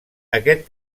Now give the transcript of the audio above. aquest